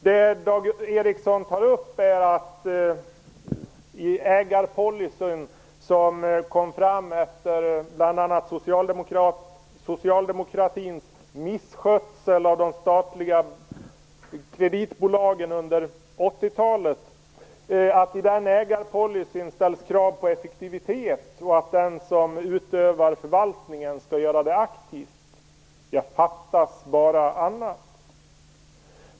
Det som Dag Ericson tar upp är att det i den ägarpolicy som kom fram bl.a. efter socialdemokratins misskötsel av de statliga kreditbolagen under 80-talet ställs krav på effektivitet och på att den som utövar förvaltningen skall göra det aktivt. Fattas bara annat!